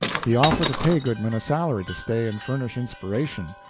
he offered to pay goodman a salary to stay and furnish inspiration.